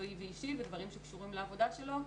מקצועי ואישי ודברים שקשורים לעבודה שלו,